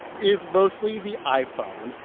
is mostly the iphone,